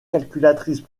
calculatrice